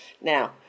Now